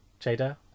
Jada